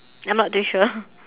I'm not too sure